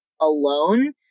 alone